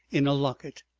in a locket.